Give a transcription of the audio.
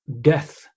Death